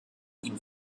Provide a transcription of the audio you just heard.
ihn